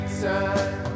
time